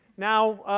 now,